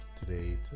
today